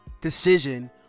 decision